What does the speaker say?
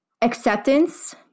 acceptance